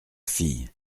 fille